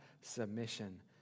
submission